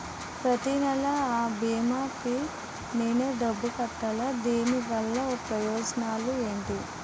ప్రతినెల అ భీమా కి నేను డబ్బు కట్టాలా? దీనివల్ల ప్రయోజనాలు ఎంటి?